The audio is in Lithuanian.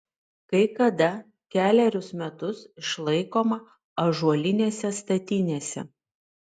kai kada kelerius metus išlaikoma ąžuolinėse statinėse